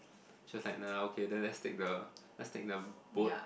she was like nah okay let's take the let's take the boat